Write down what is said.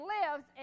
lives